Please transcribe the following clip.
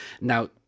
Now